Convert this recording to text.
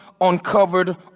uncovered